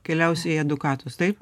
keliaus į edukatus taip